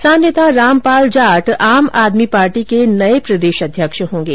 किसान नेता राम पाल जाट आम आदमी पार्टी के नए प्रदेशाध्यक्ष होंगे